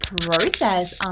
process